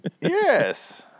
Yes